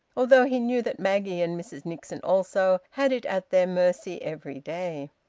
although he knew that maggie, and mrs nixon also, had it at their mercy every day.